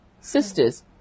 Sisters